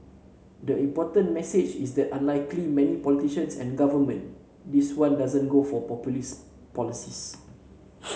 the important message is that unlikely many politicians and government this one doesn't go for populist policies